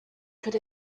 could